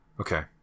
Okay